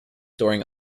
during